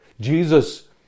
Jesus